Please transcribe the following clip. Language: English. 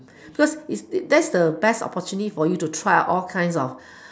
because that's the best opportunity to try all kinds of